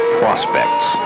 prospects